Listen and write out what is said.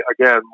again